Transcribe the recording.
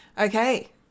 Okay